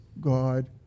God